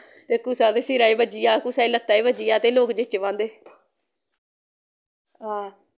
ते कुसा दे सिरा गी बज्जी जा कुसा दे लत्ता ई बज्जी जा ते लोक जेच्च पांदे हां